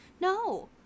No